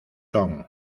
son